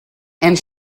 and